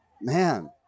man